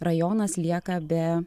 rajonas lieka be